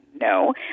no